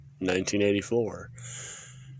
1984